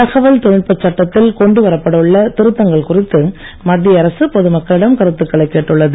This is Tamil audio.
தகவல் தொழில்நுட்பச் சட்டத்தில் கொண்டு வரப்படவுள்ள திருத்தங்கள் குறித்து மத்திய அரசு பொதுமக்களிடம் கருத்துகளை கேட்டுள்ளது